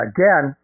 Again